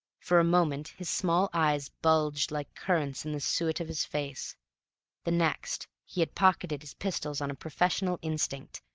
for a moment his small eyes bulged like currants in the suet of his face the next, he had pocketed his pistols on a professional instinct,